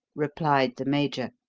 replied the major.